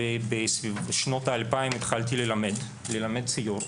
ובשנות ה-2000 התחלתי ללמד ציור.